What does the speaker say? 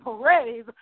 praise